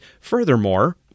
Furthermore